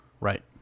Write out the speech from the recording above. Right